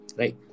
right